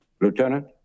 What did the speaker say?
Lieutenant